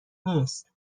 نیست